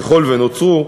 ככל שנוצרו,